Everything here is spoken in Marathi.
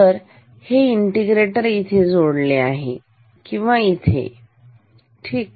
तर हे इंटेग्रेटर इथे जोडले आहे किंवा इथेठीक